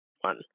one